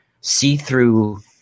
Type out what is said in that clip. see-through